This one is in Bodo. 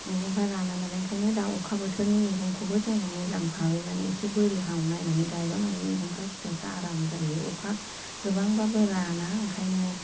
मैगंफ्रा राना नालाय ओंखायनो दा अखा बोथोरनि मैगंखौबो जों मोजां भाबै एसे बोरिहाङाव नायनानै गायबा मानि मैगंफ्रा फिथाइफ्रा आराम जायो अखा गोबांबाबो राना ओंखायनो